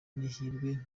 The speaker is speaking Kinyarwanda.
n’ihirwe